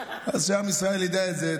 אז שעם ישראל ידע את זה.